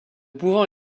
pouvant